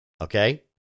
okay